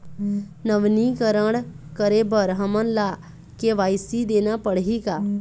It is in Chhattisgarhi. नवीनीकरण करे बर हमन ला के.वाई.सी देना पड़ही का?